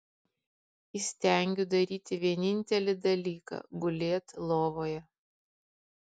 įstengiu daryti vienintelį dalyką gulėt lovoje